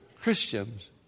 Christians